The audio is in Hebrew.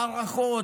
הארכות,